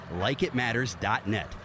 LikeItMatters.net